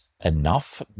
enough